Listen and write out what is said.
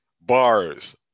bars